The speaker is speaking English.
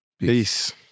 Peace